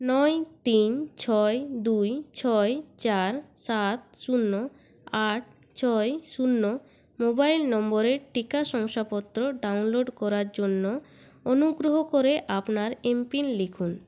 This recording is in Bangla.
নয় তিন ছয় দুই ছয় চার সাত শূন্য আট ছয় শূন্য মোবাইল নম্বরের টিকা শংসাপত্র ডাউনলোড করার জন্য অনুগ্রহ করে আপনার এমপিন লিখুন